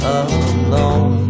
alone